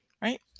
Right